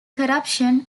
corruption